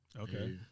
Okay